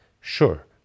Sure